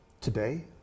today